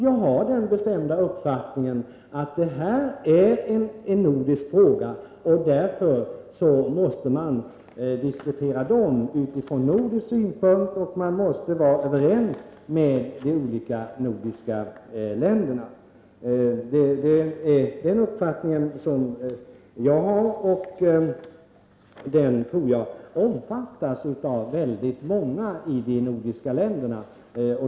Jag har den bestämda uppfattningen att detta är en nordisk fråga. Därför måste man diskutera den från nordisk synpunkt och vara överens med de olika nordiska länderna. Det är den bedömning som jag gör, och jag tror att den omfattas av många i de nordiska länderna.